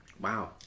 Wow